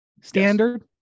standard